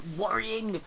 worrying